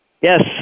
Yes